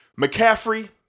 McCaffrey